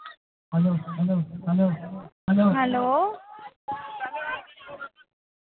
hello